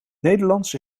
nederlands